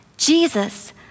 Jesus